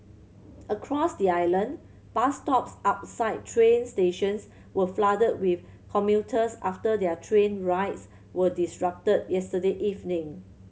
across the island bus stops outside train stations were flooded with commuters after their train rides were disrupted yesterday evening